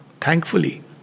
thankfully